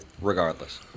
regardless